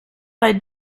bei